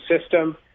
system